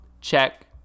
check